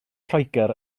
lloegr